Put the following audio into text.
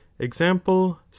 EXAMPLE